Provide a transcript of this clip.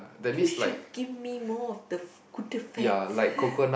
you should give me more of the good fats